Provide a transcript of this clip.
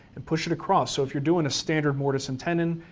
and push it across. so if you're doing a standard mortise and tenon,